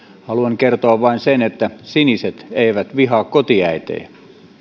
haluan kertoa vain sen että siniset eivät vihaa kotiäitejä